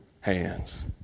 hands